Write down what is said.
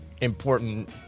important